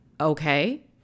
Okay